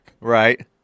Right